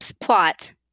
plot